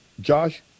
Josh